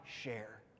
share